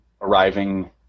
arriving